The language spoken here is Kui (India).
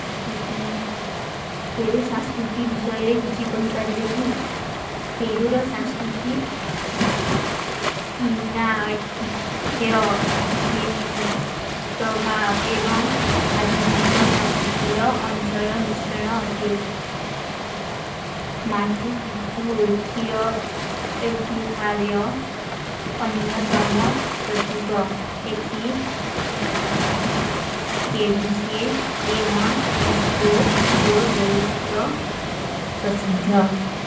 ପେରୂ ସାଂସ୍କୁର୍ତି ବିଶାଯେରେ କିଚୀ କୋହୀ ପାରେବେ କୀ?। ପେରୂ ରୋ ସାଂସ୍କୁର୍ତି ଇନ୍ନା ଅଇଠୀ ହିଯା, ସ୍ପେନୀଶ, ପ୍ରଭାବ ଏବଂଗ ଅଧୁନୀ କୋ ସାଂସ୍କୁର୍ତି ରୋ ଅନ୍ସର ରୋ ମିଶ୍ଚନା ଅତେ। ମାଚ୍ଚୁ ପିଚ୍ଚୁ ଵେପ୍ଥିର ଏଠୀ ହାରିଯା, ଅନ୍ଯା ଦମା ପ୍ରତିକା ଏଠୀ କେ ଭୀଶେ ଏବଂଗ ବିଶକୋ ସୋଲ ବହୁତ ପ୍ରସିଦ୍ଧା।